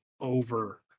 over